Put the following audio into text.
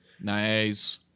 Nice